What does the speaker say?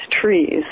trees